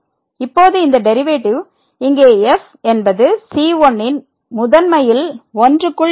இப்போது இந்த டெரிவேட்டிவ் இங்கே f என்பது c1 ன் முதன்மையில் 1க்குள் இருக்கும்